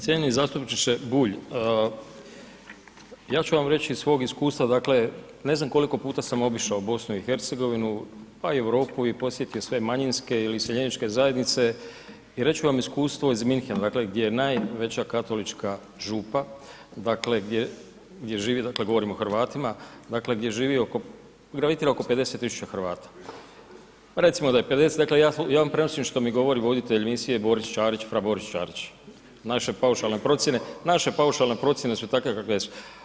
Cijenjeni zastupniče Bulj, ja ću vam reći iz svog iskustva, dakle ne znam koliko puta sam obišao BiH, pa i Europu i posjetio sve manjinske i iseljeničke zajednice i reći ću vam iskustvo iz Münchena, dakle gdje je najveća katolička župa, dakle govorimo o govorimo o Hrvatima, dakle gdje gravitira oko 50 000 Hrvata, recimo da je 50, dakle ja vam prenosim što mi govori misije Boris Čarić, fra Boris Čarić, naše paušalne procjene, naše paušalne procjene su takve kakve jesu.